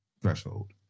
Threshold